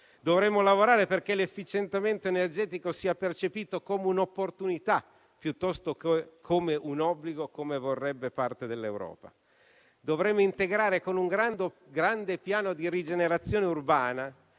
Dovremmo lavorare affinché l'efficientamento energetico sia percepito come un'opportunità piuttosto che come un obbligo, come vorrebbe parte dell'Europa. Dovremmo integrare con un grande piano di rigenerazione urbana